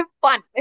fun